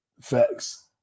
Facts